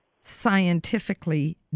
scientifically